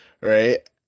right